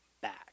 back